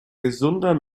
gesunder